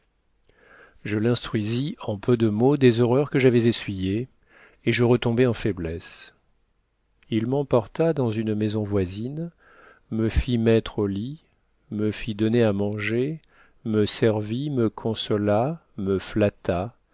je l'instruisis en peu de mots des horreurs que j'avais essuyées et je retombai en faiblesse il m'emporta dans une maison voisine me fit mettre au lit me fit donner à manger me servit me consola me flatta